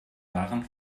waren